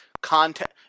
content